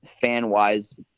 fan-wise